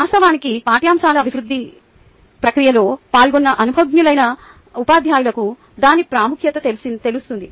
వాస్తవానికి పాఠ్యాంశాల అభివృద్ధి ప్రక్రియలో పాల్గొన్న అనుభవజ్ఞులైన ఉపాధ్యాయులకు దాని ప్రాముఖ్యత తెలుస్తుంది